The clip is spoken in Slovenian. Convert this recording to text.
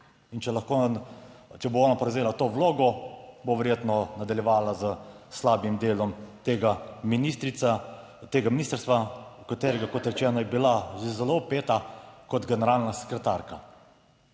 če bo ona prevzela to vlogo, bo verjetno nadaljevala s slabim delom tega ministrstva v katerega, kot rečeno, je bila že zelo vpeta kot generalna sekretarka.